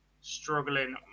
struggling